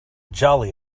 jolly